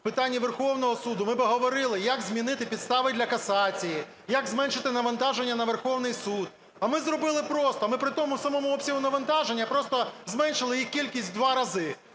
в питанні Верховного Суду, ми би говорили як змінити підстави для касації, як зменшити навантаження на Верховний Суд. А ми зробили просто, ми при тому самому обсягу навантаження просто зменшили їх кількість в два рази.